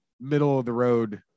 middle-of-the-road